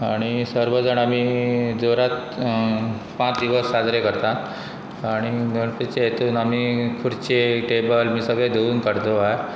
आनी सर्व जाण आमी जोरात पांच दिवस साजरे करतात आनी गणपेचे हेतून आमी खुर्चे टेबल आमी सगळें धवून काडताय